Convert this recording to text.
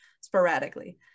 sporadically